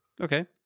Okay